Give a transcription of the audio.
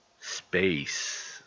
space